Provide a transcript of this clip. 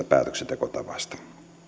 päätöksentekotavasta